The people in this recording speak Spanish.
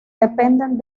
dependen